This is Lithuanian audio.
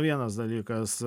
vienas dalykas